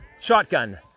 shotgun